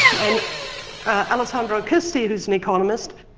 and alessandro acquisti, who's an economist,